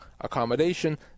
accommodation